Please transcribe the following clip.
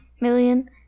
million